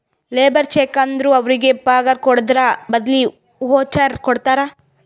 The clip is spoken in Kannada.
ಲೇಬರ್ ಚೆಕ್ ಅಂದುರ್ ಅವ್ರಿಗ ಪಗಾರ್ ಕೊಡದ್ರ್ ಬದ್ಲಿ ವೋಚರ್ ಕೊಡ್ತಾರ